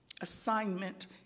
Assignment